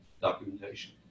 documentation